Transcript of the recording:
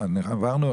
להעיר?